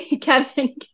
Kevin